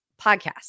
podcast